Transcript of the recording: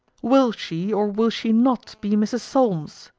will she, or will she not, be mrs. solmes?